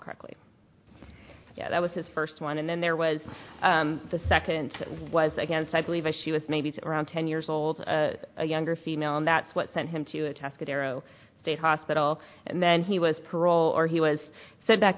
correctly yeah that was his first one and then there was the second was against i believe she was maybe around ten years old a younger female and that's what sent him to a task at arrow state hospital and then he was parole or he was sent back